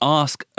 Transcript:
ask